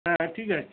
হ্যাঁ ঠিক আছে